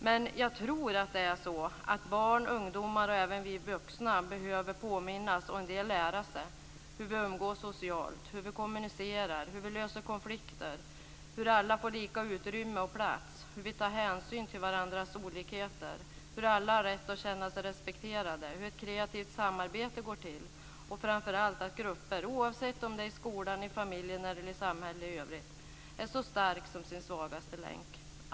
Men jag tror att barn, ungdomar och även vi vuxna behöver påminnas, och en del lära sig, hur vi umgås socialt, hur vi kommunicerar, hur vi löser konflikter, hur alla får lika utrymme och plats, hur vi tar hänsyn till varandras olikheter, hur alla har rätt att känna sig respekterade, hur ett kreativt samarbete går till och framför allt att gruppen, oavsett som det är i skolan, i familjen eller i samhället i övrigt är så stark som dess svagaste länk.